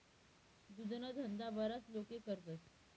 दुधना धंदा बराच लोके करतस